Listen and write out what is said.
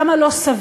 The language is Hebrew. כמה לא סביר,